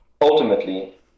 ultimately